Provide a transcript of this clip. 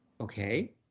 okay